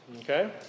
Okay